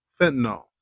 fentanyl